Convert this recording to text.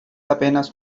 apenas